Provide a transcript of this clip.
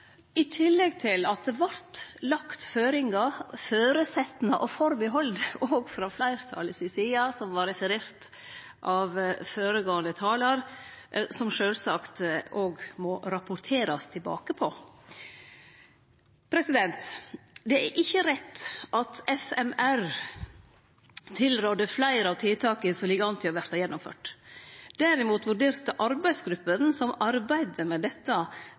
i tillegg til at det vart lagt føringar, føresetnader og atterhald òg frå fleirtalet si side, som var referert av føregåande talar, som sjølvsagt òg må rapporterast tilbake på. Det er ikkje rett at FMR tilrådde fleire av tiltaka som ligg an til å verte gjennomførte. Derimot vurderte arbeidsgruppa som arbeidde med dette,